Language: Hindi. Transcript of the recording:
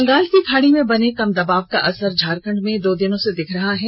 बंगाल की खाड़ी में बने लो प्रेशर का असर झारखंड में दो दिनों से दिख रहा है